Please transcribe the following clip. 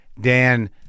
Dan